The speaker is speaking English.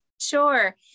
Sure